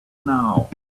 now